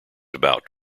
about